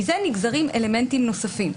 מזה נגזרים אלמנטים נוספים.